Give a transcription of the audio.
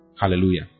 Hallelujah